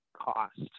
cost